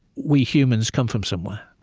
we humans come from somewhere.